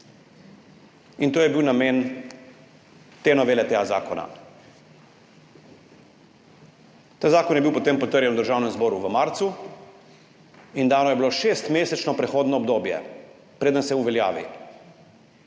In to je bil namen te novele tega zakona. Ta zakon je bil potem potrjen v Državnem zboru v marcu in dano je bilo šestmesečno prehodno obdobje, preden se uveljavi